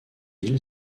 île